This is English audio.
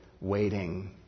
waiting